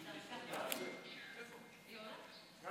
ההצעה להעביר את הצעת חוק קליטת חיילים משוחררים (תיקון מס' 23,